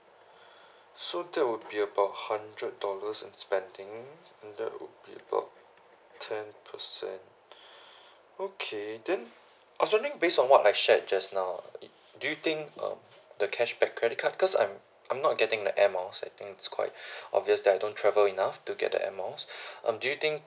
so that would be about hundred dollars spending and that would be about ten percent okay then I was wondering based on what I shared just now uh do you think um the cashback credit card cause I'm I'm not getting the air miles I think it's quite obvious that I don't travel enough to get the air miles um do you think